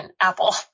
Apple